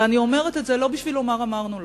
ואני אומרת את זה לא בשביל לומר: אמרנו לכם.